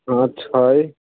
हँ छै